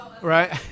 Right